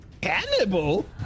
Cannibal